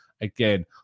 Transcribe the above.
again